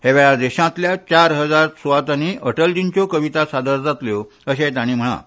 ह्या वेळार देशांतल्या चार हजार सूवातांनी अटलजींच्यो कविता सादर जातल्यो अशेंय तांणी म्हळां